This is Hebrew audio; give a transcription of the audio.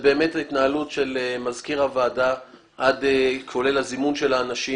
באמת ההתנהלות של מזכיר הוועדה כולל הזימון של האנשים,